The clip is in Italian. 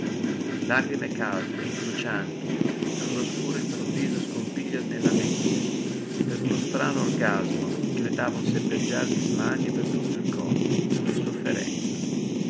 lagrime calde brucianti per un oscuro improvviso scompiglio nella mente per uno strano orgasmo che le dava un serpeggiar di smanie per tutto il corpo un'insofferenza